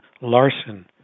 larson